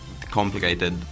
complicated